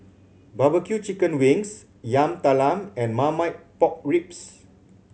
barbecue chicken wings Yam Talam and Marmite Pork Ribs